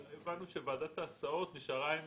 הבנו שוועת ההסעות נשארה עם